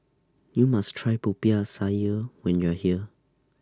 YOU must Try Popiah Sayur when YOU Are here